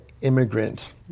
immigrant